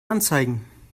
anzeigen